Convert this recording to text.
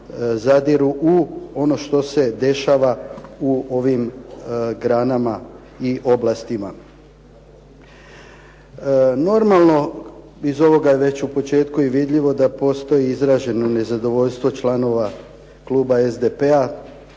zadiru u ono što se dešava u ovim granama i oblastima. Normalno iz ovoga je već u početku vidljivo da postoji izraženo nezadovoljstvo članova kluba SDP-a,